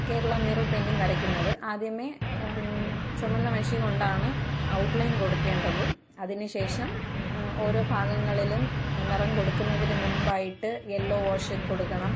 Kerala mural painting വരക്കുന്നത് ആദ്യമേ ചുവന്ന മഷികൊണ്ടാണ് ഔട്ട്ലൈൻ കൊടുക്കേണ്ടത് അതിനുശേഷം ഓരോ ഭാഗങ്ങളിലും നിറം കൊടുക്കുന്നതിന് മുമ്പായിട്ട് എല്ലോ വാഷ് കൊടുക്കണം